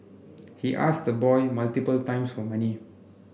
he asked the boy multiple times for money